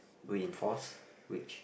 reinforce which